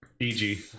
EG